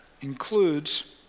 includes